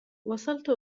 وصلت